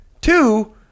two